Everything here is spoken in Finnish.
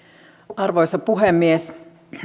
arvoisa puhemies